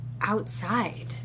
outside